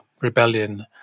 Rebellion